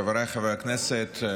חבריי חברי הכנסת,